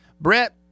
Brett